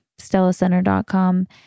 StellaCenter.com